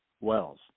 wells